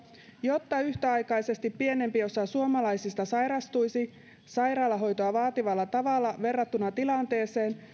jotta yhtäaikaisesti pienempi osa suomalaisista sairastuisi sairaalahoitoa vaativalla tavalla verrattuna tilanteeseen